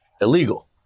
illegal